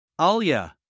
Alia